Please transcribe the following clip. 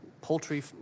poultry